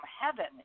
heaven